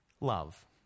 love